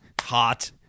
hot